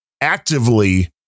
actively